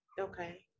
Okay